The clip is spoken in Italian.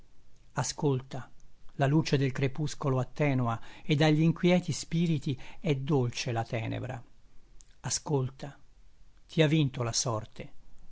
ascolta la luce del crepuscolo attenua ed agli inquieti spiriti è dolce la tenebra ascolta ti ha vinto la sorte